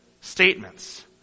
statements